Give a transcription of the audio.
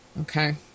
Okay